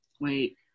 Wait